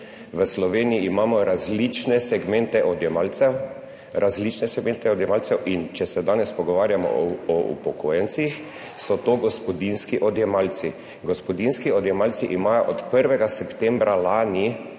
odjemalcev, različne segmente odjemalcev in če se danes pogovarjamo o upokojencih, so to gospodinjski odjemalci. Gospodinjski odjemalci imajo od 1. septembra lani